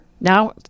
Now